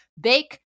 bake